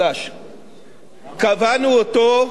כמה היה היעד לשנה?